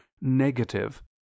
negative